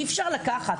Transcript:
אי אפשר לקחת,